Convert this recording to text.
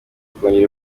kongera